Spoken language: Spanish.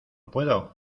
puedo